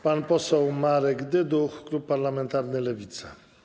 Pan poseł Marek Dyduch, klub parlamentarny Lewica.